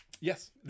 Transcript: Yes